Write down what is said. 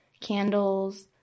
candles